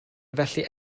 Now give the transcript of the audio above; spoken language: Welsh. felly